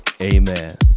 Amen